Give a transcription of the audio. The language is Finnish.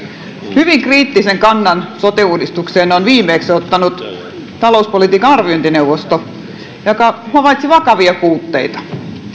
hyvin kriittisen kannan sote uudistukseen on viimeksi ottanut talouspolitiikan arviointineuvosto joka havaitsi vakavia puutteita